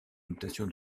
notation